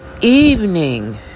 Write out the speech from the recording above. evening